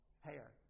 hair